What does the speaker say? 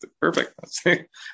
perfect